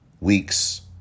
weeks